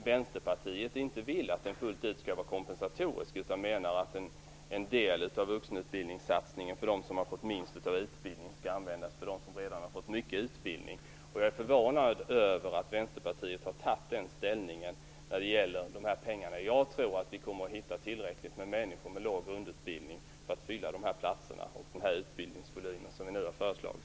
Vänsterpartiet vill inte att den fullt ut skall vara kompensatorisk, utan menar att en del av vuxenutbildningssatsningen för dem som har fått minst utbildning skall användas för dem som redan har fått mycket utbildning. Jag är förvånad över att Vänsterpartiet har tagit den ställningen när det gäller dessa pengar. Jag tror att vi kommer att hitta tillräckligt många människor med låg grundutbildning för att fylla dessa platser och den utbildningsvolym som vi nu har föreslagit.